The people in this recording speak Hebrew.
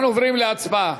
אנחנו עוברים להצבעה,